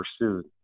pursued